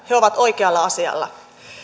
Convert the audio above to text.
he ovat oikealla asialla